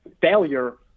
failure